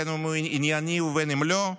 בין שהוא ענייני ובין שלא,